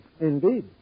Indeed